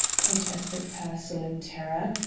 protested pearsall, in terror,